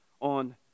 on